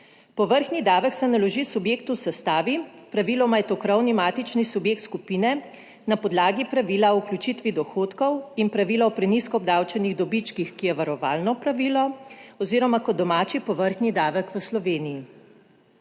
Povrhnji davek se naloži subjektu v sestavi, praviloma je to krovni matični subjekt skupine, na podlagi pravila o vključitvi dohodkov in pravila o prenizko obdavčenih dobičkih, ki je varovalno pravilo, oziroma kot domači povrhnji davek v Sloveniji.